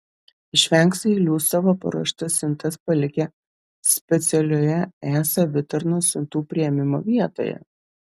išvengs eilių savo paruoštas siuntas palikę specialioje e savitarnos siuntų priėmimo vietoje